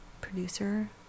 producer